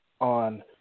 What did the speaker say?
on